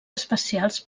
especials